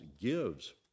gives